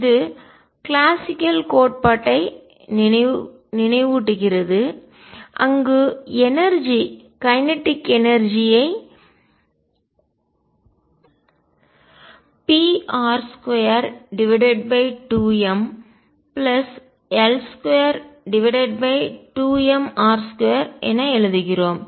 இது கிளாசிக்கல் கோட்பாட்டை நினைவூட்டுகிறது அங்கு எனர்ஜி கைனட்டிக் எனர்ஜி ஐ இயக்க ஆற்றலை pr22ml22mr2 என எழுதுகிறோம்